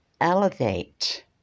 elevate